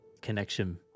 connection